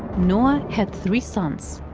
noah had three sons.